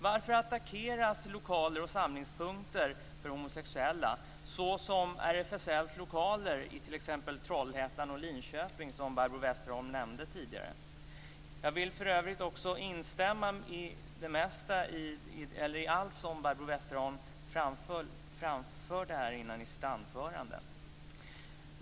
Varför attackeras lokaler och samlingspunkter för homosexuella, såsom RFSL:s lokaler i Trollhättan och Linköping, som Barbro Westerholm nämnde tidigare? Jag vill för övrigt instämma i allt som Barbro Westerholm framförde tidigare i sitt anförande.